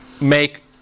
make